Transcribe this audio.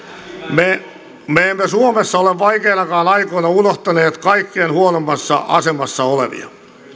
me me emme suomessa ole vaikeinakaan aikoina unohtaneet kaikkein huonoimmassa asemassa olevia